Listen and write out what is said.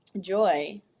joy